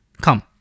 come